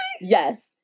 Yes